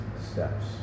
steps